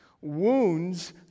Wounds